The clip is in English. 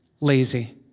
lazy